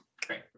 Great